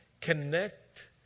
connect